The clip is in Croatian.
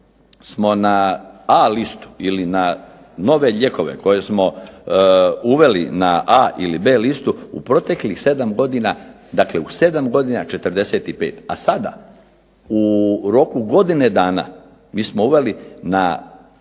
smo na A listu ili na nove lijekove koje smo uveli na A ili B listu u proteklih 7 godina, dakle u 7 godina 45. A sada u roku godine dana mi smo uveli na